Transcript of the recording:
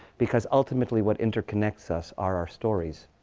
because ultimately, what interconnects us are our stories.